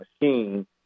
machine